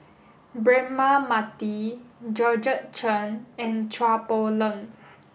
Braema Mathi Georgette Chen and Chua Poh Leng